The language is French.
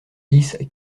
dix